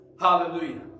hallelujah